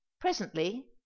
Presently